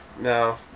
no